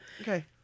Okay